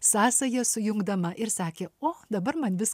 sąsajas sujungdama ir sakė o dabar man vis